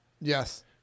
Yes